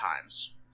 times